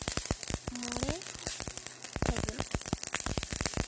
ᱢᱚᱬᱮ ᱯᱷᱟᱹᱜᱩᱱ